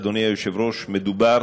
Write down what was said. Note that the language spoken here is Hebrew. אדוני היושב-ראש, מדובר